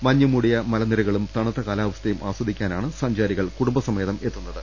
മഞ്ഞുമൂടിയ മലനിരകളും തണുത്ത കാലാവസ്ഥയും ആസ്വദിക്കാനാണ് സഞ്ചാരികൾ കുടുംബസമേതം എത്തു ന്നത്